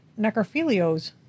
necrophilios